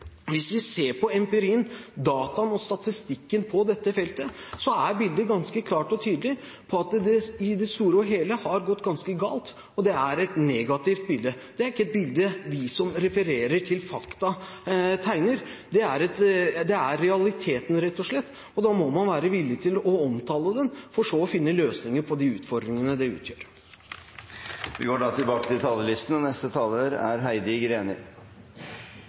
Hvis vi ser på empirien, dataen og statistikken på dette feltet, er bildet ganske klart og tydelig: at det i det store og hele har gått ganske galt. Det er et negativt bilde, og det er ikke et bilde vi som refererer til fakta, tegner. Det er realiteten rett og slett, og da må man være villig til å omtale det, for så å finne løsninger på de utfordringene det utgjør. Replikkordskiftet er omme. I dag behandler vi